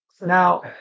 Now